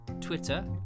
Twitter